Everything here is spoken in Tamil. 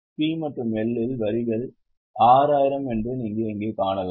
P மற்றும் L இல் வரிகளை 6000 என்று நீங்கள் இங்கே காணலாம்